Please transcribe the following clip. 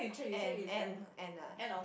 and and and non